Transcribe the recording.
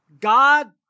God